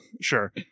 Sure